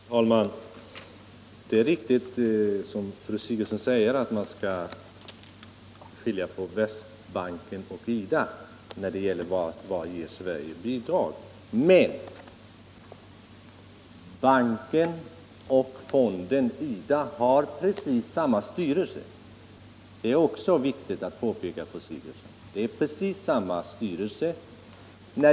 Herr talman! Det är riktigt som fru Sigurdsen säger att man skall skilja på Världsbanken och IDA i frågan om Sveriges bidrag. Men banken och fonden har precis samma styrelse — det är också viktigt att påpeka, fru Sigurdsen.